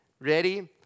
Ready